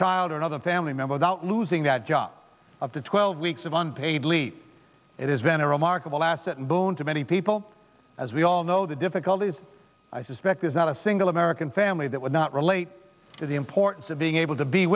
child or another family member about losing that job of the twelve weeks of unpaid leave it is veneral markable asset and boon to many people as we all know the difficulties i suspect there's not a single american family that would not relate to the importance of being able to be